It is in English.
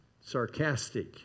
sarcastic